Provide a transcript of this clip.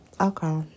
Okay